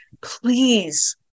please